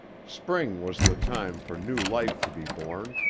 spring was the time for new life to be born,